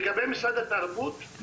לגבי משרד התרבות,